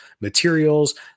materials